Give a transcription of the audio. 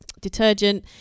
detergent